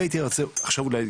אם הייתי רוצה עכשיו אולי,